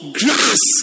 grass